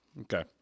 Okay